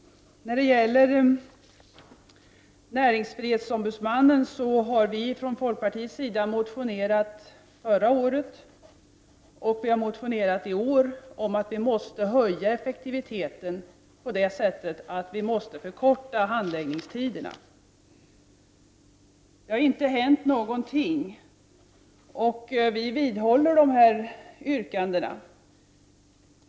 När det gäller näringsfrihetsombudsmannen har vi i folkpartiet förra året och i år motionerat om att vi måste höja effektiviteten genom att förkorta handläggningstiderna. Det har inte hänt någonting, och vi vidhåller dessa yrkanden.